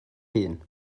hun